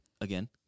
Again